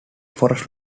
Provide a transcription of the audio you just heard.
forest